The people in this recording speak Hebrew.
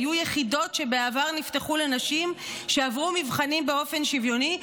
היו יחידות שבעבר נפתחו לנשים שעברו מבחנים באופן שוויוני,